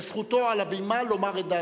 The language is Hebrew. וזכותו על הבימה לומר את דעתו.